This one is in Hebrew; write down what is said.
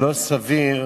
ולא סביר